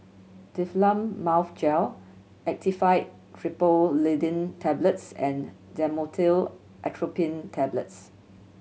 Difflam Mouth Gel Actifed Triprolidine Tablets and Dhamotil Atropine Tablets